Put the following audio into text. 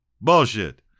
Bullshit